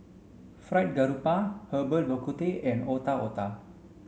Fried Garoupa Herbal Bak Ku Teh and Otak Otak